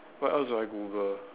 what else do I Google